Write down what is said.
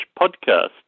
podcast